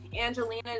Angelina